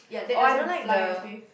oh I don't like the